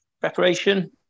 preparation